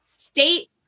state